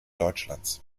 deutschlands